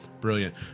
Brilliant